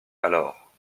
alors